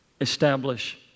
establish